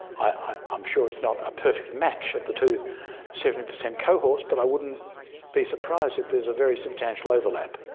i'm sure it's not a perfect match of the two seventy per cent cohorts but i wouldn't be surprised if there's a very substantial overlap.